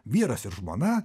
vyras ir žmona